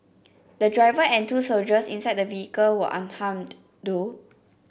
the driver and two soldiers inside the vehicle were unharmed though